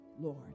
Lord